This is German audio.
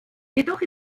jedoch